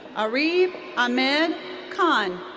areeb ahmed khan.